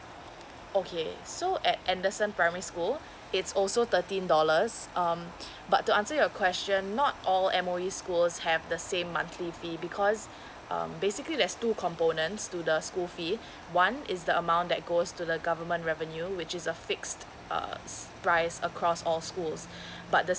okay so at anderson primary school it's also thirteen dollars um but to answer your question not all M_O_E school have the same monthly fee because um basically there's two components to the school fees one is the amount that goes to the government revenue which is a fixed uh price across all schools but the